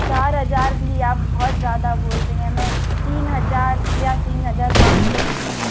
चार हज़ार भी आप बहुत ज़्यादा बोल रहे हैं मैं तीन हज़ार या तीन हज़ार पाँच सौ दूँगी